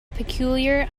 peculiar